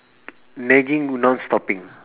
nagging non stopping